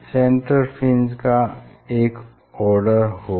central fringe का एक order होगा